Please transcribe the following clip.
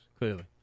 clearly